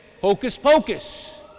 hocus-pocus